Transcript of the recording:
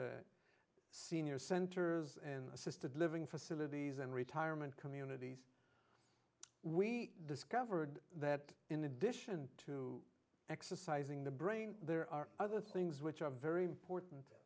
senior centers and assisted living facilities and retirement communities we discovered that in addition to exercising the brain there are other things which are very important